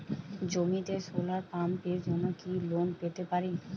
জমিতে সোলার পাম্পের জন্য কি লোন পেতে পারি?